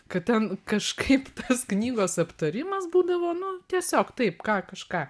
kad ten kažkaip tas knygos aptarimas būdavo nu tiesiog taip ką kažką